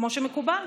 כמו שמקובל?